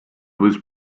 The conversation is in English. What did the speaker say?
was